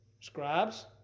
Scribes